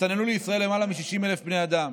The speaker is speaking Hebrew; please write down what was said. הסתננו לישראל למעלה מ-60,000 בני אדם.